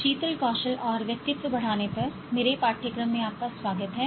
शीतल कौशल और व्यक्तित्व बढ़ाने पर मेरे पाठ्यक्रम में आपका स्वागत है